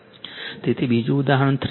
તેથી બીજું ઉદાહરણ 3 છે